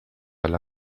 alla